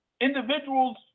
individuals